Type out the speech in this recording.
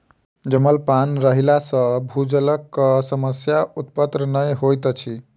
जमल पाइन रहला सॅ भूजलक समस्या उत्पन्न नै होइत अछि